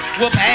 whoop